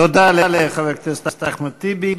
תודה לחבר הכנסת אחמד טיבי.